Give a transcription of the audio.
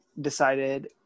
decided